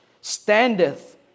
standeth